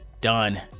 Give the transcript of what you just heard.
done